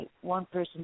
one-person